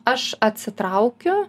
aš atsitraukiu